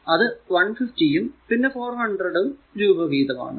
അത് 150ഉം പിന്നെ 400 രൂപ വീതം ആണ്